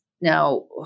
now